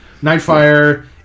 Nightfire